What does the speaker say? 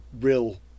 real